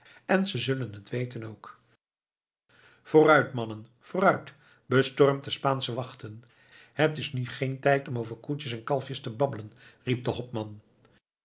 en ze zullen het weten ook vooruit mannen vooruit bestormt de spaansche wachten het is nu geen tijd om over koetjes en kalfjes te babbelen riep de hopman